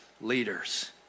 leaders